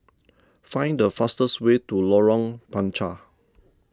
find the fastest way to Lorong Panchar